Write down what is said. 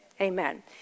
Amen